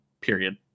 period